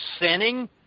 sinning